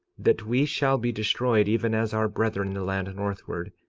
that we shall be destroyed, even as our brethren in the land northward,